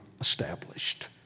established